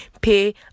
Pay